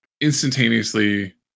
instantaneously